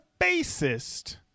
bassist